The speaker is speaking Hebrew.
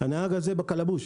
הנהג הזה בקלבוש.